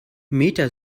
meta